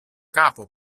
kapo